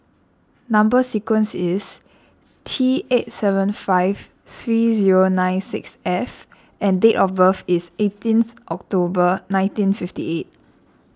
Number Sequence is T eight seven five three zero nine six F and date of birth is eighteenth October nineteen fifty eight